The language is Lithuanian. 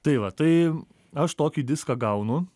tai va tai aš tokį diską gaunu